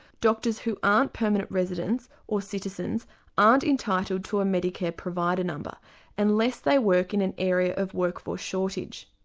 doctors who aren't permanent residents or citizens aren't entitled to a medicare provider number unless they work in an area of workforce shortage.